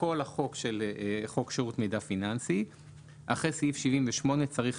כל החוק של חוק שירות מידע פיננסי - אחרי סעיף 78 צריך